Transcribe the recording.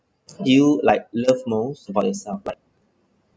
what do you like love most about yourself like